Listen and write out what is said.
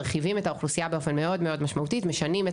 מרחיבים את האוכלוסייה באופן מאוד מאוד משמעותי ומשנים,